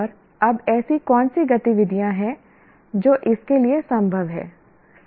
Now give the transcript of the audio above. और अब ऐसी कौन सी गतिविधियाँ हैं जो इसके लिए संभव हैं